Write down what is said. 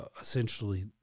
essentially